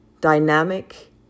dynamic